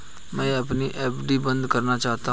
मैं अपनी एफ.डी बंद करना चाहती हूँ